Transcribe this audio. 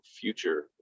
future